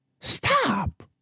Stop